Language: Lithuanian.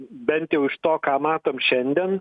bent jau iš to ką matom šiandien